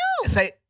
Say